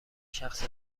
شخص